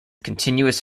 continuous